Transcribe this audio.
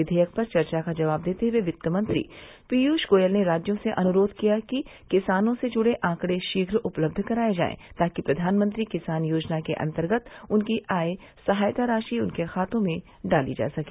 विधेयक पर चर्चा का जवाब देते हुए वित्त मंत्री पीयूष गोयल ने राज्यों से अनुरोध किया कि किसानों से जुड़े आंकड़े शीघ्र उपलब्ध कराए जाएं ताकि प्रधानमंत्री किसान योजना के अंतर्गत उनकी आय सहायता राशि उनके खातों में डाली जा सके